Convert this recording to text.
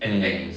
mm mm